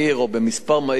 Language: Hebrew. או במספר מהיר,